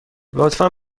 لطفا